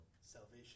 Salvation